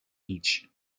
each